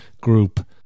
group